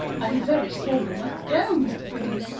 i am very sorry you must go, mr. bingley.